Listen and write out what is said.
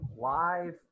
live